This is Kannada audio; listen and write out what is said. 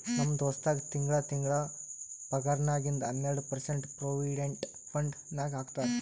ನಮ್ ದೋಸ್ತಗ್ ತಿಂಗಳಾ ತಿಂಗಳಾ ಪಗಾರ್ನಾಗಿಂದ್ ಹನ್ನೆರ್ಡ ಪರ್ಸೆಂಟ್ ಪ್ರೊವಿಡೆಂಟ್ ಫಂಡ್ ನಾಗ್ ಹಾಕ್ತಾರ್